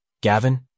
Gavin